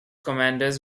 commanders